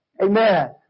Amen